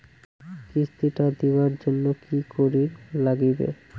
কিস্তি টা দিবার জন্যে কি করির লাগিবে?